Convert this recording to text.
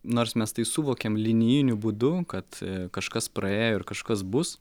nors mes tai suvokiam linijiniu būdu kad kažkas praėjo ir kažkas bus